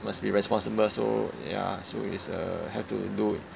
must be responsible so ya so you just uh have to do it